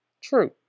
True